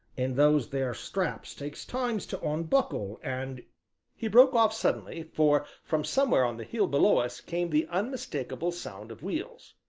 and those there straps takes time to unbuckle and he broke off suddenly, for from somewhere on the hill below us came the unmistakable sound of wheels.